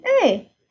Hey